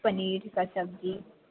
पनीरके सब्जी